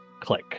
click